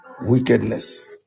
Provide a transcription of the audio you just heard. wickedness